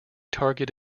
target